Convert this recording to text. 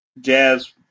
Jazz